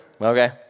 okay